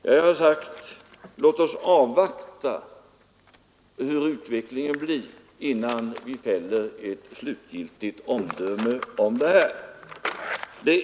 Jag vill i samband med detta säga: Låt oss avvakta hur utvecklingen blir innan vi fäller ett slutgiltigt omdöme i frågan.